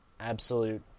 absolute